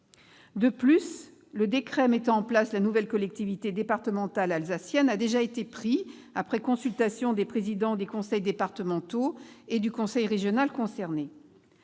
ailleurs, le décret mettant en place la nouvelle collectivité départementale alsacienne a déjà été pris, après consultation des conseils départementaux et du conseil régional concernés.